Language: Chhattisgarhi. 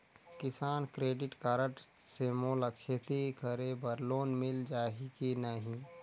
किसान क्रेडिट कारड से मोला खेती करे बर लोन मिल जाहि की बनही??